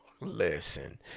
Listen